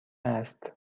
است